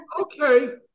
Okay